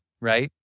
right